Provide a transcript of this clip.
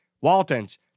Waltons